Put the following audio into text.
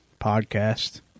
podcast